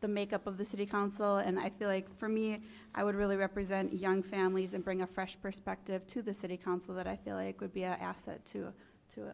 the make up of the city council and i feel like for me i would really represent young families and bring a fresh perspective to the city council that i feel i could be a asset to to